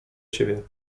ciebie